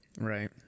Right